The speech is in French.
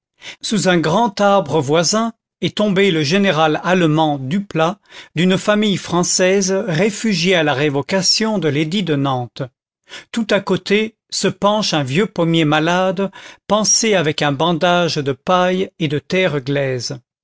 sous un grand arbre voisin est tombé le général allemand duplat d'une famille française réfugiée à la révocation de l'édit de nantes tout à côté se penche un vieux pommier malade pansé avec un bandage de paille et de terre glaise